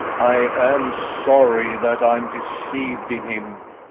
i am sorry that i am deceiv'd in him.